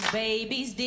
babies